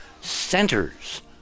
centers